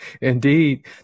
Indeed